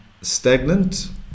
stagnant